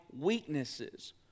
weaknesses